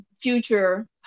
Future